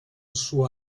suo